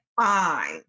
Fine